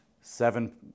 Seven